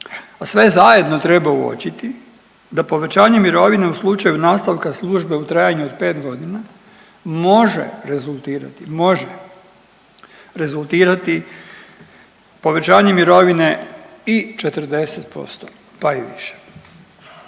a sve zajedno treba uočiti da povećanje mirovine u slučaju nastavka službe u trajanju od pet godina može rezultirati, može rezultirati povećanjem mirovine i 40%, pa i više.